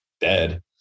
dead